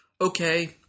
okay